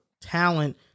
talent